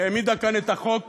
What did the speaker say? שהעמידה כאן את החוק